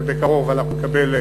ובקרוב נקבל,